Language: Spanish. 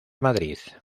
madrid